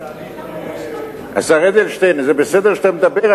זה בסדר שאתה מדבר,